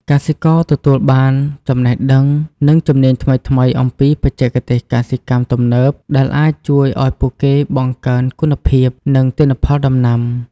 កសិករទទួលបានចំណេះដឹង និងជំនាញថ្មីៗអំពីបច្ចេកទេសកសិកម្មទំនើប ដែលអាចជួយឱ្យពួកគេបង្កើនគុណភាព និងទិន្នផលដំណាំ។